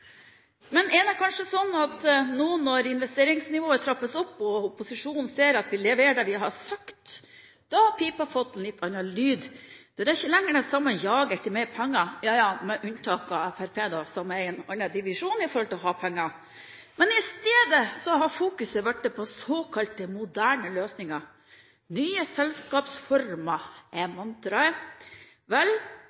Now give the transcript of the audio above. er det kanskje sånn at nå når investeringsnivået trappes opp og opposisjonen ser at vi leverer det vi har sagt vi skal, har pipa fått en litt annen lyd? Det er ikke lenger det samme jaget etter mer penger – ja, med unntak av Fremskrittspartiet, som er i en annen divisjon når det gjelder å ha penger. Men isteden har fokuset vært på såkalt moderne løsninger. Nye selskapsformer er